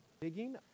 digging